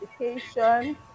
education